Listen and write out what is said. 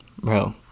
bro